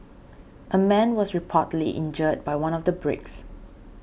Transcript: a man was reportedly injured by one of the bricks